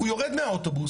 הוא יורד מהאוטובוס,